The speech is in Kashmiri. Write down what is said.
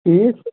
ٹھیٖک